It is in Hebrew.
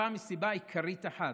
מסיבה עיקרית אחת: